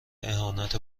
اهانت